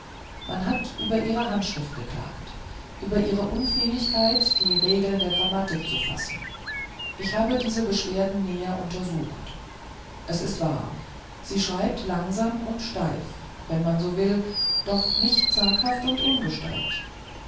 man hat über ihre handschrift geklagt über ihre unfähigkeit die regeln der grammatik zu fassen ich habe diese beschwerde näher untersucht es ist wahr sie schreibt langsam und steif wenn man so will doch nicht zaghaft und ungestalt